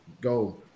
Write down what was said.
go